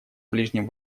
ближнем